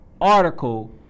article